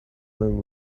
man